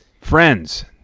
Friends